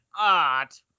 art